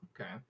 Okay